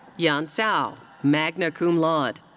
yeah ah and so magna cum laude.